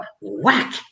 Whack